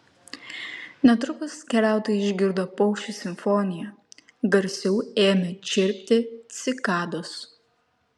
netrukus keliautojai išgirdo paukščių simfoniją garsiau ėmė čirpti cikados